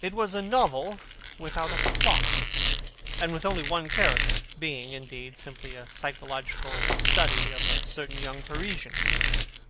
it was a novel without a plot and with only one character, being, indeed, simply a psychological study of a certain young parisian